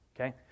Okay